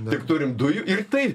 tik turim dujų ir tai